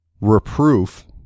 reproof